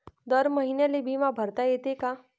दर महिन्याले बिमा भरता येते का?